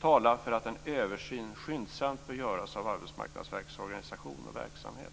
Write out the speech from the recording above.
talar för att en översyn skyndsamt bör göras av Arbetsmarknadsverkets organisation och verksamhet.